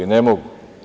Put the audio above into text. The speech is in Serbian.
Ne mogu.